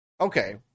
Okay